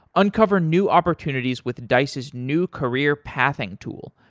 uncover new opportunities with dice's new career-pathing tool,